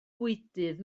bwydydd